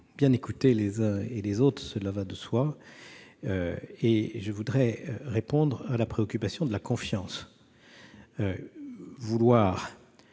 bien écoutés, les uns et les autres. Je voudrais répondre à la préoccupation de la confiance. Vouloir